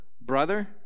brother